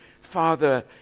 Father